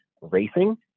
racing